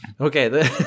Okay